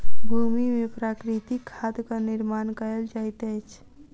भूमि में प्राकृतिक खादक निर्माण कयल जाइत अछि